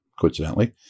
Coincidentally